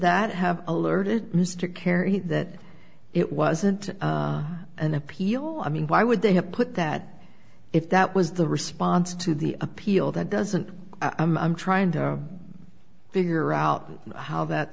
that have alerted mr kerry that it wasn't an appeal i mean why would they have put that if that was the response to the appeal that doesn't i'm trying to figure out how that